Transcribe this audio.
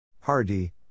Hardy